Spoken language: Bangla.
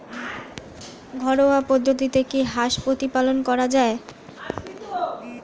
ঘরোয়া পদ্ধতিতে কি হাঁস প্রতিপালন করা যায়?